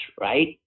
right